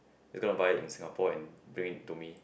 is gonna buy in Singapore and bring it to me